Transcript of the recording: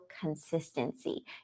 consistency